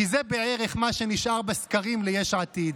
כי זה בערך מה שנשאר בסקרים ליש עתיד,